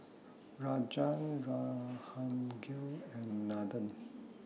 Rajan Jahangir and Nathan